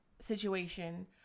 situation